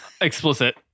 explicit